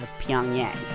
Pyongyang